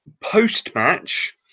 post-match